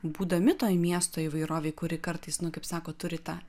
būdami toj miesto įvairovėj kuri kartais nu kaip sako turi tą